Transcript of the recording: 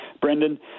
Brendan